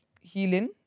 healing